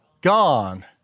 gone